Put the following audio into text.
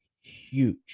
huge